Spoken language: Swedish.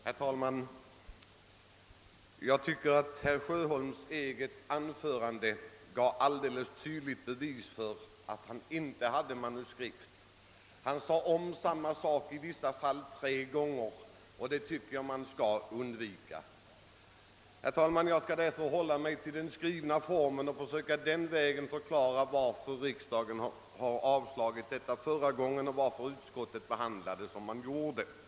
Herr talman! Enligt min mening gav herr Sjöholms eget anförande alldeles tydligt bevis för att han inte hade manuskript. Han sade i vissa fall om samma sak tre gånger, och det tycker jag att man skall undvika. Jag skall därför hålla mig till den skrivna formen och försöka att den vägen förklara varför riksdagen avslog motionen förra gången och varför utskottet har behandlat årets motion så som det har gjort.